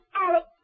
Alex